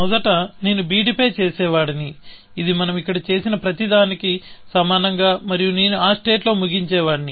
మొదట నేను bd పై చేసేవాడిని ఇది మనం ఇక్కడ చేసిన ప్రతిదానికి సమానం మరియు నేను ఆ స్టేట్ లో ముగించే వాడిని